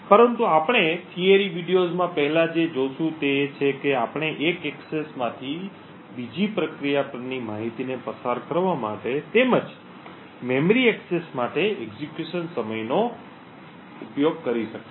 પરંતુ આપણે થિયરી વિડિઓઝમાં પહેલાં જે જોશું તે એ છે કે આપણે એક એક્સેસથી બીજી પ્રક્રિયા પરની માહિતીને પસાર કરવા માટે તેમજ મેમરી એક્સેસ માટે એક્ઝેક્યુશન સમયનો ઉપયોગ કરી શકીએ છીએ